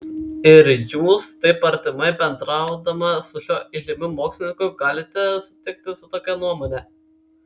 ir jūs taip artimai bendraudama su šiuo įžymiu mokslininku galite sutikti su tokia nuomone